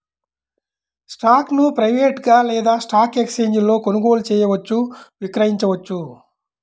స్టాక్ను ప్రైవేట్గా లేదా స్టాక్ ఎక్స్ఛేంజీలలో కొనుగోలు చేయవచ్చు, విక్రయించవచ్చు